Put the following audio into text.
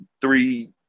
three